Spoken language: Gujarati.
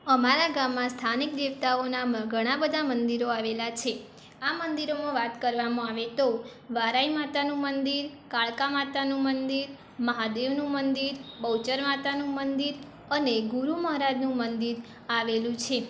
અમારા ગામમાં સ્થાનિક દેવતાઓના ઘણા બધા મંદિરો આવેલા છે આ મંદિરોમાં વાત કરવામાં આવે તો વારાઈ માતાનું મંદિર કાળકા માતાનું મંદિર મહાદેવનું મંદિર બહુચર માતાનું મંદિર અને ગુરુ મહારાજનું મંદિર આવેલું છે